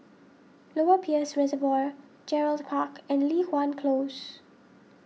Lower Peirce Reservoir Gerald Park and Li Hwan Close